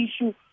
issue